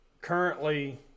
currently